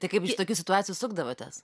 tai kaip iš tokių situacijų sukdavotės